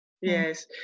yes